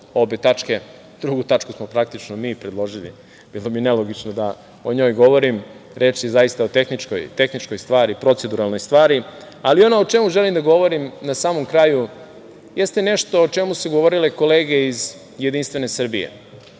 obe tačke, drugu tačku smo praktično mi predložili, bilo bi nelogično da o njoj govorim. Reč je zaista o tehničkoj stvari, proceduralnoj stvari, ali ono o čemu želim da govorim na samom kraju jeste nešto o čemu su govorile kolege iz JS. Mislim da je